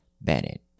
Bennett